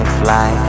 fly